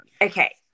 Okay